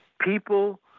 People